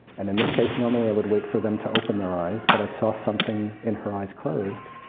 and in this case, normally i would wait for them to open their eyes, but i saw something in her eyes closed,